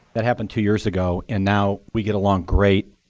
that happened two years ago, and now we get along great.